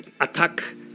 attack